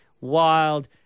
wild